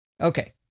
Okay